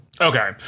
Okay